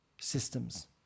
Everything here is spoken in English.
systems